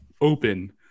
open